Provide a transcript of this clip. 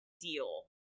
deal